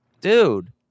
dude